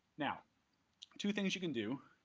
now two things you can do,